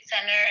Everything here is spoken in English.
center